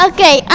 Okay